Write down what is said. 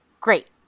great